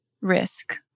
risk